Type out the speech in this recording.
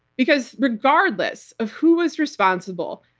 because, regardless of who was responsible,